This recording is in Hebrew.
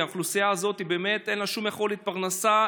כי האוכלוסייה הזאת באמת אין לה שום יכולת פרנסה,